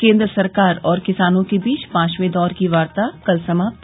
केंद्र सरकार और किसानों के बीच पांचवे दौर की वार्ता कल समाप्त